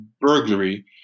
burglary